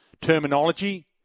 terminology